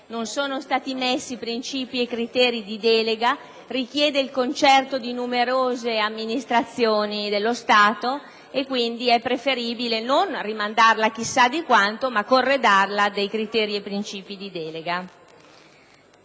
non sono stati specificati principi e criteri di delega, richiede il concerto di numerose amministrazioni dello Stato, quindi è preferibile non rimandarla chissà di quanto, bensì corredarla appunto dei criteri e principi di delega.